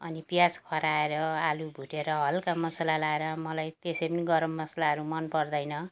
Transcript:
अनि प्याज खर्याएर आलु भुटेर हल्का मसला लगाएर मलाई त्यसै पनि गरम मसलाहरू मनपर्दैन